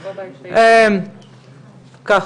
אז ככה.